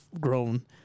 grown